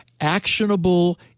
actionable